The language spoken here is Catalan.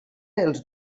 els